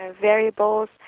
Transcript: variables